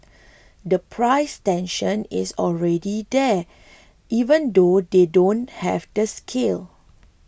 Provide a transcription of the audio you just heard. the price tension is already there even though they don't have the scale